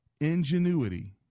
ingenuity